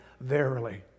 Verily